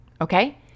okay